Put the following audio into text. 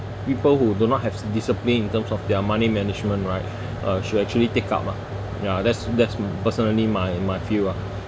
people who do not have discipline in terms of their money management right uh should actually take up mah ya that's that's personally my my view ah